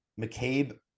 McCabe